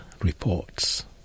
reports